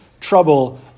trouble